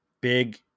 big